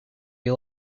you